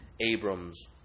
Abram's